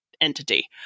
entity